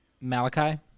Malachi